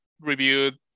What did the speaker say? reviewed